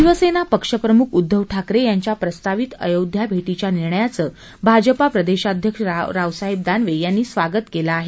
शिवसेना पक्षप्रमुख उद्दव ठाकरे यांच्या प्रस्तावित अयोध्या भेटीच्या निर्णयाचं भाजपा प्रदेशाध्यक्ष रावसाहेब दानवे यांनी स्वागत केलं आहे